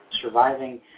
Surviving